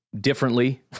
differently